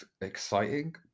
exciting